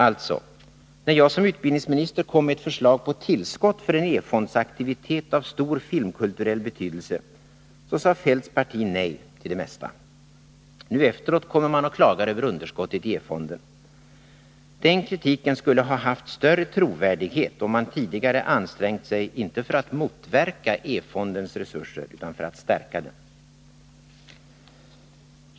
Alltså: när jag som utbildningsminister kom med ett förslag på tillskott för en E-fondsaktivitet av stor filmkulturell betydelse, sade Kjell-Olof Feldts parti nej till det mesta. Nu efteråt kommer man och klagar över underskottet i E-fonden. Den kritiken skulle ha haft större trovärdighet, om man tidigare hade ansträngt sig inte för att minska E-fondens resurser utan för att stärka dem.